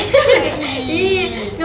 !eww!